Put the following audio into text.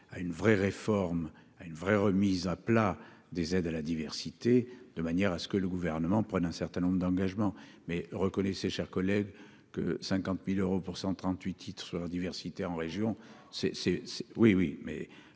à une vraie réforme à une vraie remise à plat des aides à la diversité, de manière à ce que le gouvernement prenne un certain nombre d'engagements, mais reconnaissez, chers collègues, que 50000 euros pour 100 38 titres sur la diversité en région, c'est, c'est c'est oui, oui, mais